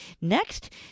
Next